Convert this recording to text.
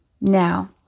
Now